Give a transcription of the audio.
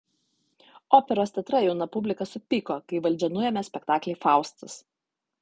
operos teatre jauna publika supyko kai valdžia nuėmė spektaklį faustas